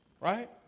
right